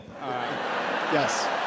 Yes